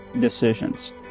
decisions